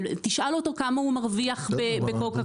אבל תשאל אותו כמה הוא מרוויח בקוקה קולה?